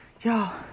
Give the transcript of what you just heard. y'all